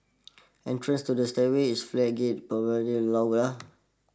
entrances to the stairway is flat gated